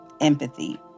empathy